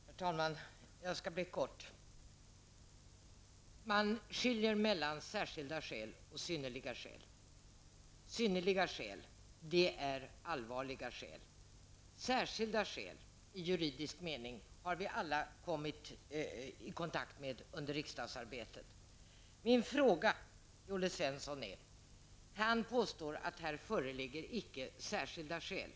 Herr talman! Jag skall fatta mig kort. Man skiljer mellan särskilda skäl och synnerliga skäl. Synnerliga skäl är allvarliga skäl. Särskilda skäl i juridisk mening har vi alla kommit i kontakt med under riksdagsarbetet. Olle Svensson påstår att det här icke föreligger särskilda skäl.